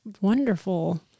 wonderful